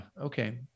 okay